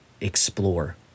explore